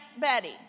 Betty